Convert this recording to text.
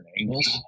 angles